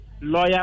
lawyer